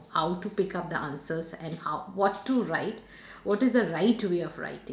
how to pick up the answers and how what to write what is the right way of writing